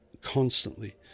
constantly